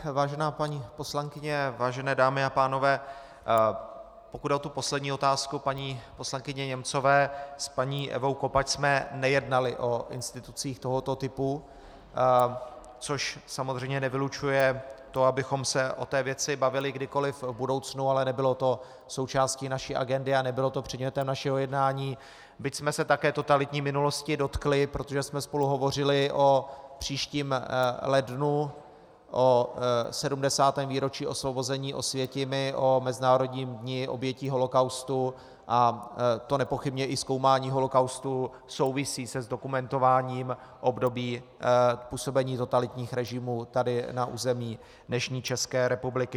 Vážená paní poslankyně, vážené dámy a pánové, pokud jde o tu poslední otázku paní poslankyně Němcové, s paní Ewou Kopacz jsme nejednali o institucích tohoto typu, což samozřejmě nevylučuje to, abychom se o té věci bavili kdykoliv v budoucnu, ale nebylo to součástí naší agendy a nebylo to předmětem našeho jednání, byť jsme se také totalitní minulosti dotkli, protože jsme spolu hovořili o příštím lednu, o 70. výročí osvobození Osvětimi, o Mezinárodním dni obětí holokaustu, a nepochybně i zkoumání holokaustu souvisí se zdokumentováním období působení totalitních režimů tady na území dnešní České republiky.